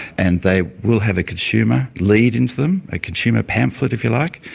and they will have a consumer lead into them. a consumer pamphlet, if you like.